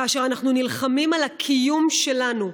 כאשר אנחנו נלחמים על הקיום שלנו,